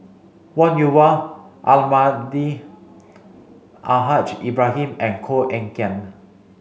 Wong Yoon Wah Almahdi Al Haj Ibrahim and Koh Eng Kian